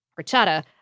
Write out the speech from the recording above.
horchata